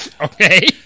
Okay